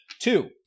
two